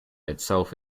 itself